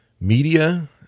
media